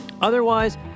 Otherwise